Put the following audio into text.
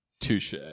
Touche